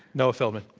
noah feldman.